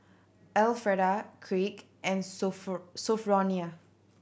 Elfreda Kraig and Sophronia